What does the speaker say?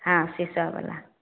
हँ शीशो बला